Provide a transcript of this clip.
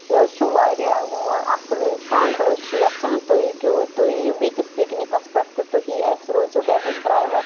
یہِ حَظ چھُ واریاہ اَصٕل اِنسان تہٕ أسۍ چھِ یَژھان تُہۍ ہیٚکِو تُہۍ یِیِو بیٚکِس پِکنِکَس پٮ۪ٹھ تہِ تُہی اَسہِ روٗزِو ڈٚرَیو ڈرٛایوَ